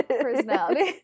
Personality